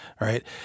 right